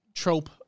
trope